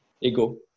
ego